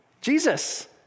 Jesus